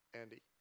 Andy